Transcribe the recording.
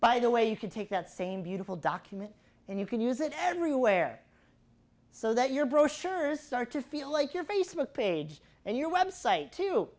by the way you can take that same beautiful document and you can use it everywhere so that your brochures start to feel like your facebook page and your website too